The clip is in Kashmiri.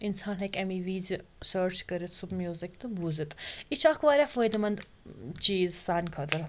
اِنسان ہیٚکہِ اَمیے وِزِ سٔرٕچ کٔرِتھ سُہ میٛوٗزِک تہٕ بوٗزِتھ یہِ چھِ اَکھ واریاہ فٲیدٕ مَنٛد چیٖز سانہِ خٲطرٕ